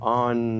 on